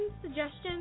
suggestions